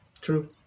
true